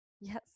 Yes